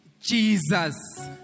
Jesus